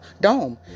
dome